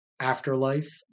afterlife